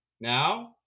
Now